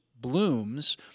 blooms